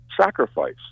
sacrifice